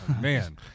Man